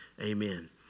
amen